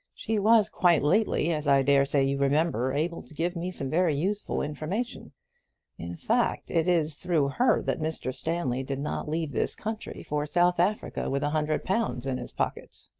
she was quite lately, as i dare say you remember, able to give me some very useful information in fact it is through her that mr. stanley did not leave this country for south africa with a hundred pounds in his pocket.